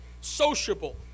sociable